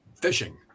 Fishing